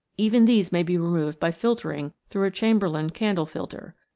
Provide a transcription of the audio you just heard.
even these may be removed by filtering through a chamberland candle filter.